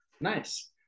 nice